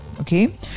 Okay